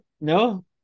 No